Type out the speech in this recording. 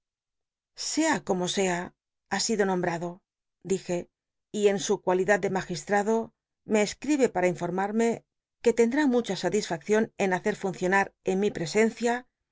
sea como sea ha sido nombrado dij e y en su cualidad de ma gistrado me escribe para informarme que tendrá mucha satisfaccion en hacer erdadcro funcionar en mi presencia